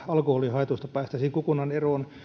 alkoholihaitoista päästäisiin kokonaan eroon